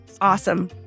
Awesome